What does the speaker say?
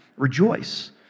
Rejoice